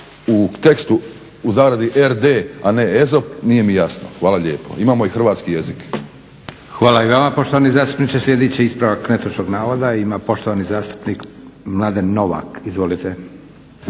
u tekstu u zagradi RD, a ne EZOP nije mi jasno. Hvala lijepo. Imamo i hrvatski jezik. **Leko, Josip (SDP)** Hvala i vama poštovani zastupniče. Sljedeći ispravak netočnog navoda ima poštovani zastupnik Mladen Novak. Izvolite.